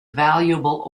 valuable